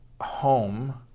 home